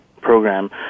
program